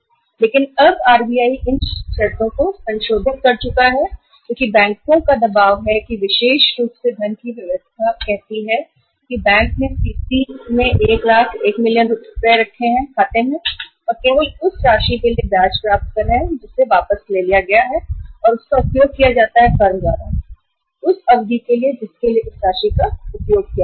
लेकिन अब RBI द्वारा इन शर्तों को संशोधित किया गया है क्योंकि बैंकों पर इस फंडिंग व्यवस्था के कारण दबाव है क्योंकि बैंक ने सीसी लिमिट अकाउंट में 10 लाख रुपया या 1 मिलियन रुपए रखे हैं और उन्हें केवल उस राशि पर ब्याज मिल रहा है जो खाते से निकाली जा रही है और फर्म द्वारा उपयोग की जा रही है और उस अवधि के लिए जिसके लिए यह राशि का उपयोग किया जाता है